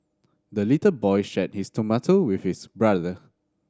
the little boy shared his tomato with his brother